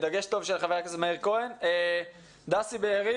דסי ומירי,